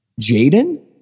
Jaden